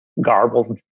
garbled